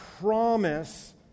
promise